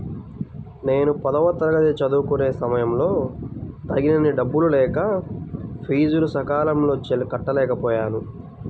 నేను పదవ తరగతి చదువుకునే సమయంలో తగినన్ని డబ్బులు లేక ఫీజులు సకాలంలో కట్టలేకపోయాను